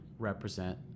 represent